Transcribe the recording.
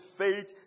faith